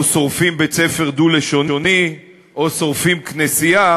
או שורפים בית-ספר דו-לשוני או שורפים כנסייה,